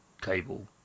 cable